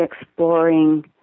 exploring